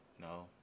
No